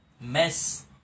mess